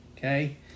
Okay